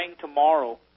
tomorrow